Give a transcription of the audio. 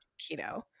keto